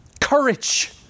courage